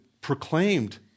proclaimed